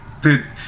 Dude